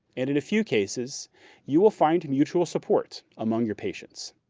and in a few cases you will find mutual support among your patients.